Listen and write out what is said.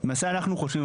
למעשה אנחנו חושבים,